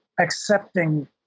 accepting